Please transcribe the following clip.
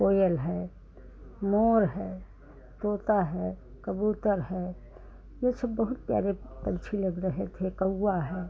कोयल हैं मोर हैं तोता है कबूतर है यह सब बहुत प्यारे पंछी लग रहे थे कौआ है